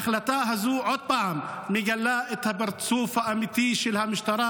ההחלטה הזאת מגלה עוד פעם את הפרצוף האמיתי של המשטרה,